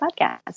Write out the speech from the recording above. podcast